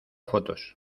fotos